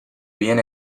bien